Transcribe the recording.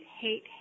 hate